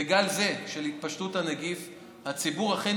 בגל זה של התפשטות הנגיף הציבור אכן